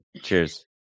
Cheers